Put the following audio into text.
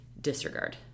disregard